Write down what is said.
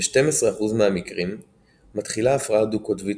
ב-12% מהמקרים מתחילה הפרעה דו-קוטבית